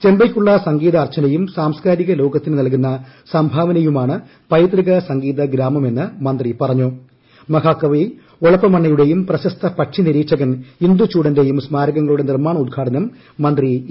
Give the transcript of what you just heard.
ചെമ്പൈയ്ക്കുള്ള സംഗീത അർച്ചനയും സാംസ്കാരിക ലോകത്തിന് നൽകുന്ന സംഭൂർവനയ്കുമാണ് പൈതൃക സംഗീത ഗ്രാമം എന്ന് മന്ത്രി പറഞ്ഞിക് മഹാകവി ഒളപ്പമണ്ണയുടെയും പ്രശസ്ത പക്ഷി നിരീക്ക്ഷ്ടക്ൻ ഇന്ദുചൂഡന്റെയും സ്മാരകങ്ങളുടെ നിർമാണോദ്ഘാടനം മൃത്തി എ